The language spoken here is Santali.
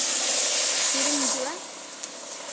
ᱛᱤᱨᱮᱢ ᱦᱤᱡᱩᱜᱼᱟ